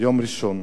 יום ראשון,